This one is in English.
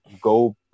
go